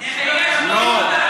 לא.